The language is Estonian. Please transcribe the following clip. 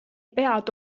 pead